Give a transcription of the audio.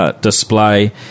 display